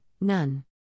none